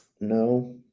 No